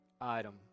item